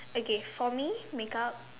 okay for me make up